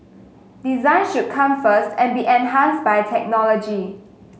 design should come first and be enhanced by technology